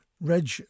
Reg